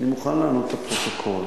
אני מוכן לענות לפרוטוקול.